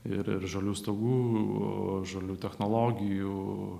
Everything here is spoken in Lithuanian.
ir ir žalių stogų žalių technologijų